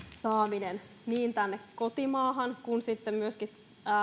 saaminen niin tänne kotimaahan kuin myöskin